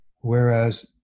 whereas